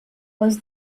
was